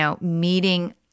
meeting